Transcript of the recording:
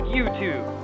YouTube